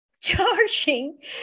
charging